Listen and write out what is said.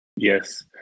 Yes